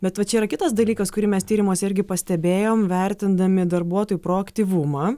bet va čia yra kitas dalykas kurį mes tyrimuose irgi pastebėjom vertindami darbuotojų proaktyvumą